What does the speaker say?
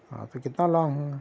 ہاں پھر کتنا لانگ ہوں گا